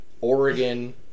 Oregon